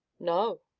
no.